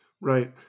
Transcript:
Right